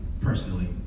personally